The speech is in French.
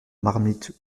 marmite